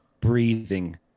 breathing